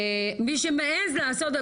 מי שמעז לעשות ..